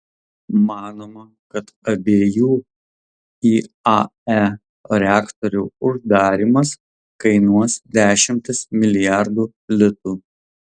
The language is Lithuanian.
manoma kad abiejų iae reaktorių uždarymas kainuos dešimtis milijardų litų